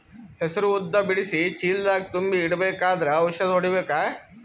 ಹೆಸರು ಉದ್ದ ಬಿಡಿಸಿ ಚೀಲ ದಾಗ್ ತುಂಬಿ ಇಡ್ಬೇಕಾದ್ರ ಔಷದ ಹೊಡಿಬೇಕ?